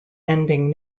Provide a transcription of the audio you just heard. ending